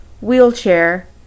wheelchair